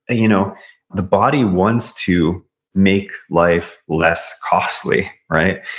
you know the body wants to make life lest costly, right.